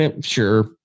sure